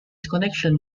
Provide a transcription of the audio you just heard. connection